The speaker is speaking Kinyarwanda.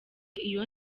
iyo